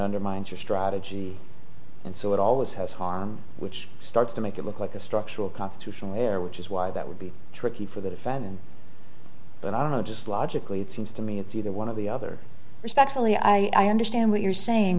undermines your strategy and so it always has harm which starts to make it look like a structural constitution there which is why that would be tricky for the defendant but i don't know just logically it seems to me it's either one of the other respectfully i understand what you're saying